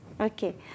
Okay